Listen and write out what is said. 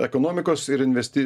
ekonomikos ir investi